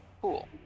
cool